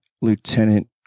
lieutenant